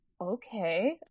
okay